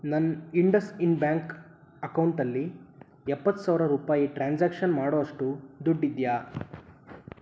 ನನ್ನ ಇಂಡಸ್ಇಂಡ್ ಬ್ಯಾಂಕ್ ಅಕೌಂಟಲ್ಲಿ ಎಪ್ಪತ್ತು ಸಾವಿರ ರೂಪಾಯಿ ಟ್ರಾನ್ಸಾಕ್ಷನ್ ಮಾಡೋ ಅಷ್ಟು ದುಡ್ಡಿದೆಯಾ